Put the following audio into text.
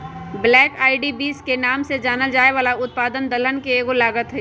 black eyed beans के नाम से जानल जाये वाला उत्पाद दलहन के एगो लागत हई